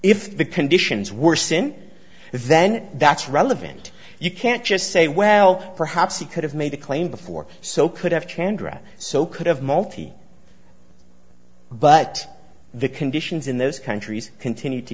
if the conditions worsen then that's relevant you can't just say well perhaps he could have made the claim before so could have chandra so could have multi but the conditions in those countries continued to